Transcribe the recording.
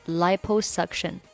liposuction 。